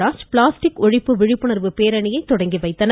காமராஜும் plastic ஒழிப்பு விழிப்புணர்வு பேரணியை இன்று தொடங்கி வைத்தனர்